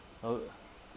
uh